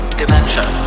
dimension